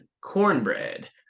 cornbread